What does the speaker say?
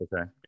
Okay